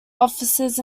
officers